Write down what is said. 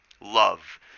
love